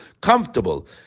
comfortable